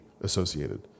associated